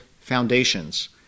foundations